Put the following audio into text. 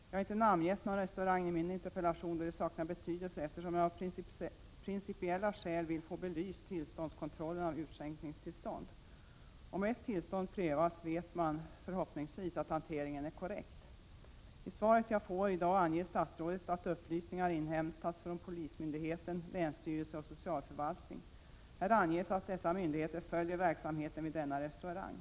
Jag har inte namngett någon restaurang i min interpellation; det saknar betydelse eftersom jag av principiella skäl vill få kontrollen av utskänkningstillstånd belyst. Om ett tillstånd prövas, vet man förhoppningsvis att hanteringen är korrekt. I det svar jag fått i dag anger statsrådet att upplysningar inhämtats från polismyndighet, länsstyrelse och socialförvaltning. Här anges att dessa myndigheter följer verksamheten vid denna restaurang.